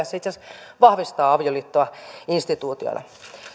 se itse asiassa vahvistaa avioliittoa instituutiona